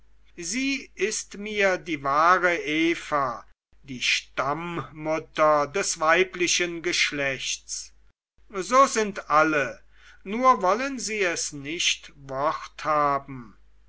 sie ist mir die wahre eva die stammmutter des weiblichen geschlechts so sind alle nur wollen sie es nicht wort haben